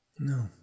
No